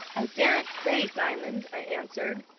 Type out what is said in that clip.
i daren't say, diamond, i answered.